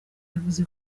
yavuze